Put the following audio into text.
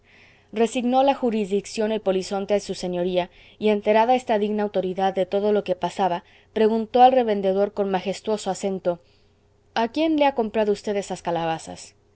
resignó la jurisdicción el polizonte en su señoría y enterada esta digna autoridad de todo lo que pasaba preguntó al revendedor con majestuoso acento a quién le ha comprado v esas calabazas